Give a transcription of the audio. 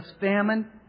famine